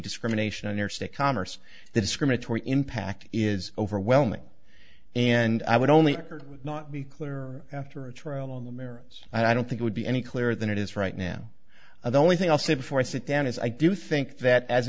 discrimination on your state commerce the discriminatory impact is overwhelming and i would only not be clearer after a trial on the merits i don't think would be any clearer than it is right now the only thing i'll say before i sit down is i do think that as